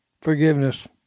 Forgiveness